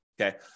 Okay